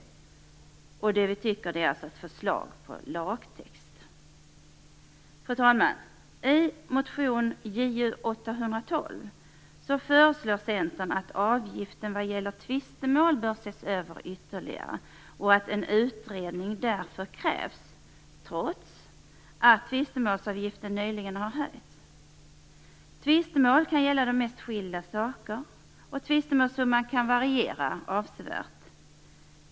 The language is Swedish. Det handlar alltså om ett förslag till lagtext. Fru talman! I motion Ju812 föreslås att avgiften vad gäller tvistemål bör ses över ytterligare och att en utredning därför krävs, trots att tvistemålsavgiften nyligen har höjts. Tvistemål kan gälla de mest skilda saker och tvistemålssumman kan variera avsevärt.